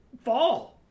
fall